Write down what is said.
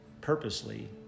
purposely